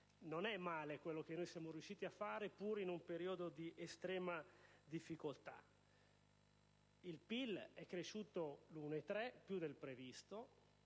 non è male quello che siamo riusciti a fare, pur in un periodo di estrema difficoltà. Anche il PIL è cresciuto l'anno scorso più del previsto